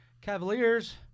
Cavaliers